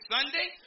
Sunday